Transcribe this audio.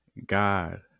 god